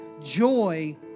joy